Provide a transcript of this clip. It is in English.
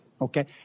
Okay